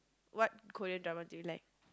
what Korean drama do you like